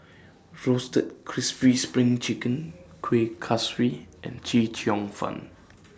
Roasted Crispy SPRING Chicken Kueh Kaswi and Chee Cheong Fun